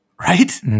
Right